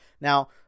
Now